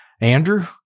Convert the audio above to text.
Andrew